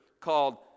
called